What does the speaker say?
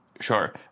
Sure